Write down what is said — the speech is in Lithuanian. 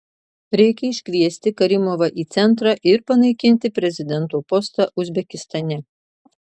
reikia iškviesti karimovą į centrą ir panaikinti prezidento postą uzbekistane